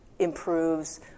Improves